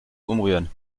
umrühren